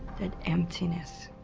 that emptiness